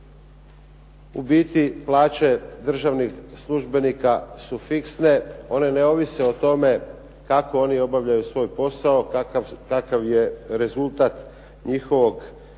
u biti plaće državnih službenika su fiksne, one ne ovise o tome kako oni obavljaju svoj posao, kakav je rezultat njihovog rada.